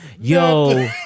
Yo